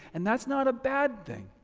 and that's not a bad thing.